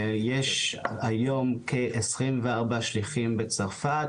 יש היום כ-24 שליחים בצרפת,